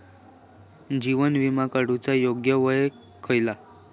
जीवन विमा काडूचा योग्य वय खयला?